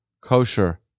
kosher